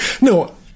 No